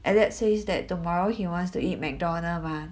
alex says that he wants to eat McDonald's mah